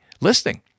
listing